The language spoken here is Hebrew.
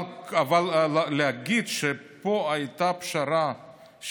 אבל להגיד שפה הייתה פשרה,